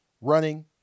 running